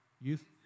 Youth